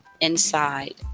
inside